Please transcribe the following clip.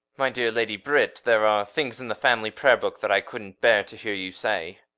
my dear lady brit there are things in the family prayer book that i couldn't bear to hear you say.